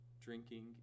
drinking